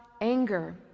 anger